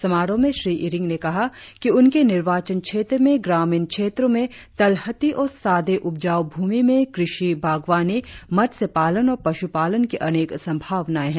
समारोह में श्री इरिंग ने कहा कि उनके निर्वाचन क्षेत्र में ग्रामीण क्षेत्रों में तलहटी और सादे उपजाऊ भूमि में कृषि बागवानी मत्स्य पालन और पशुपालन की अनेक संभावनाएं है